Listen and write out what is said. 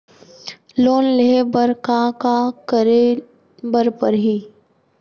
Loan लेहे बर का का का करे बर परहि?